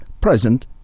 present